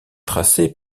tracé